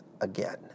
again